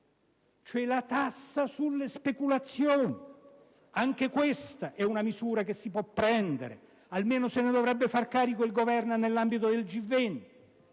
cioè la tassa sulle speculazioni. Anche questa è una misura che si può prendere e almeno se ne dovrebbe far carico il Governo nell'ambito del G20.